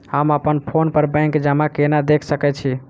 हम अप्पन फोन पर बैंक जमा केना देख सकै छी?